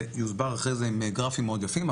זה יוסבר אחרי זה עם גרפים מאוד יפים.